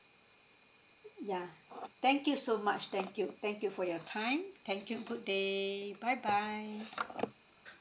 yeah thank you so much thank you thank you for your time thank you good day bye bye